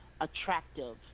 attractive